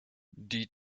die